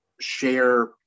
share